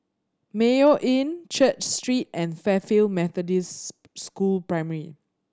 Mayo Inn Church Street and Fairfield Methodist School Primary